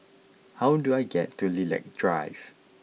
how do I get to Lilac Drive